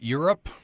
Europe